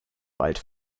wald